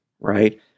right